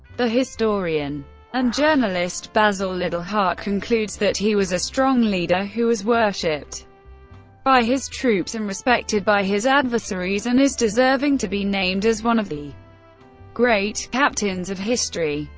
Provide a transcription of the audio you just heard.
the historian and journalist basil liddell hart concludes that he was a strong leader who was worshipped by his troops and respected by his adversaries, and is deserving to be named as one of the great captains of history.